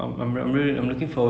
ya I hope it's nice